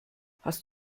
hast